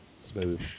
Smooth